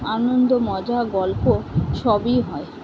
আনন্দ মজা গল্প সবই হয়